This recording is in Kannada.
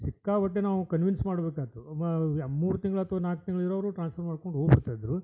ಸಿಕ್ಕಾಪಟ್ಟೆ ನಾವು ಕನ್ವೀನ್ಸ್ ಮಾಡ್ಬೇಕಾಯ್ತು ಒಬ್ಬಾ ಯ ಮೂರು ತಿಂಗ್ಳು ಅಥ್ವ ನಾಲ್ಕು ತಿಂಗ್ಳು ಇರೋವ್ರು ಟ್ರಾನ್ಸ್ಫರ್ ಮಾಡ್ಕೊಂಡು ಹೋಗ್ಬಿಡ್ತ ಇದ್ದರು